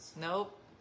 Nope